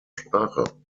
sprache